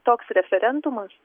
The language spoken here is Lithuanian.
toks referendumas